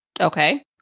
Okay